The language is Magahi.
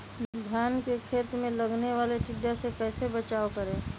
धान के खेत मे लगने वाले टिड्डा से कैसे बचाओ करें?